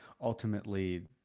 ultimately